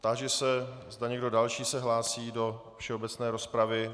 Táži se, zda někdo další se hlásí do všeobecné rozpravy.